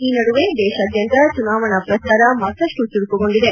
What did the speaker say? ಈ ನಡುವೆ ದೇಶಾದ್ಯಂತ ಚುನಾವಣಾ ಪ್ರಚಾರ ಮತ್ತಷ್ಟು ಚುರುಕುಗೊಂಡಿದೆ